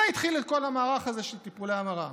זה התחיל את כל המערך הזה של טיפולי ההמרה.